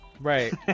Right